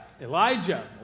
Elijah